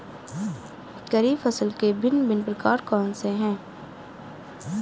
खरीब फसल के भिन भिन प्रकार कौन से हैं?